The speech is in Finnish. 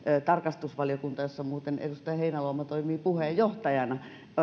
tarkastusvaliokunta jossa muuten edustaja heinäluoma toimii puheenjohtajana